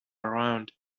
around